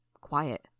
quiet